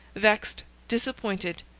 vexed, disappointed,